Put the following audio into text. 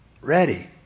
ready